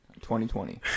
2020